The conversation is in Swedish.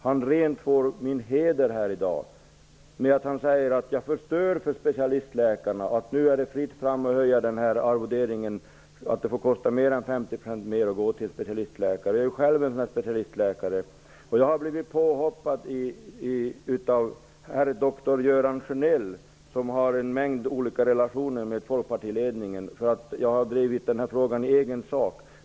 Han rentvår min heder när han säger att jag förstör för specialistläkarna och att det nu är fritt fram att höja arvodet, så att det får vara mer än 50 % dyrare att gå till en specialistläkare. Jag är själv specialistläkare, och jag har blivit påhoppad av herr doktor Göran Sjönell -- som har en mängd olika relationer till folkpartiledningen -- för att jag skulle ha drivit den här frågan i egen sak.